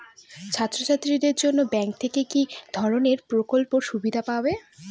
ছাত্রছাত্রীদের জন্য ব্যাঙ্ক থেকে কি ধরণের প্রকল্পের সুবিধে পাবো?